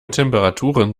temperaturen